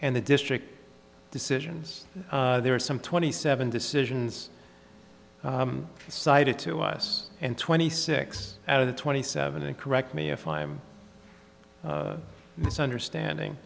and the district decisions there are some twenty seven decisions cited to us and twenty six out of the twenty seven and correct me if i'm misunderstanding